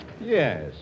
yes